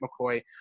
mccoy